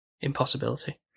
impossibility